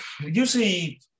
usually